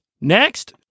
Next